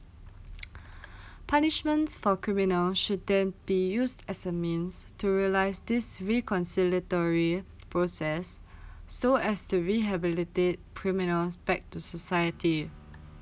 punishments for criminal should then be used as a means to realise this reconciliatory process so as to rehabilitate criminal back to society